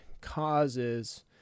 causes